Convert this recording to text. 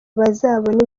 bazabone